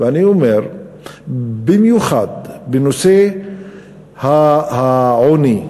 ואני אומר: במיוחד בנושא העוני,